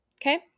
okay